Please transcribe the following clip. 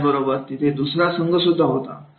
त्याचबरोबर तिथे दुसरा संघसुद्धा होता